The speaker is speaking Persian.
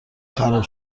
خراب